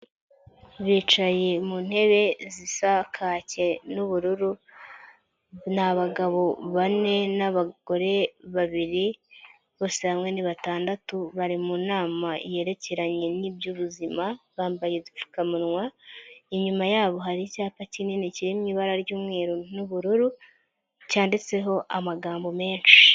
Bicaye mu ntebe zisa kake n'ubururu, ni abagabo bane n'abagore babiri, bose hamwe ni batandatu, bari mu nama yerekeranye n'iby'ubuzima, bambaye udupfukamunwa inyuma yabo hari icyapa kinini kiririmo ibara ry'umweru n'ubururu, cyanditseho amagambo menshi.